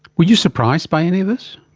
were you surprised by any of this?